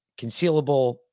concealable